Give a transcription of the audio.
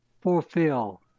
fulfill